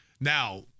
Now